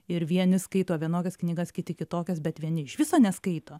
ir vieni skaito vienokias knygas kiti kitokias bet vieni iš viso neskaito